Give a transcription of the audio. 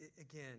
again